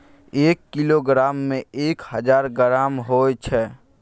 एक किलोग्राम में एक हजार ग्राम होय छै